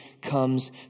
comes